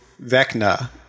Vecna